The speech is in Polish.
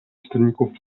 czytelników